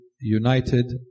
United